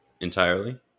entirely